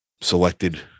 selected